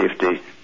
safety